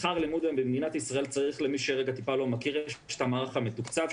שכר לימוד היום במדינת ישראל למי שלא מכיר יש את המערך המתוקצב,